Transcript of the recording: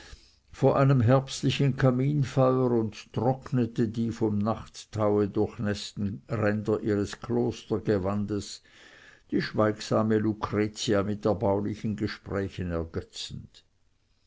vor einem herbstlichen kaminfeuer und trocknete die vom nachttaue durchnäßten ränder ihres klostergewandes die schweigsame lucretia mit erbaulichen gesprächen ergötzend